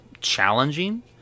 challenging